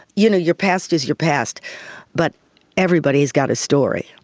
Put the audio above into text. you know, your past is your past but everybody has got a story,